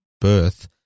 birth